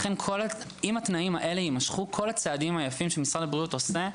לכן אם התנאים האלה יימשכו כל הצעדים היפים שמשרד הבריאות עושה,